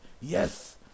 Yes